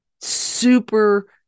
super